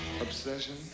obsession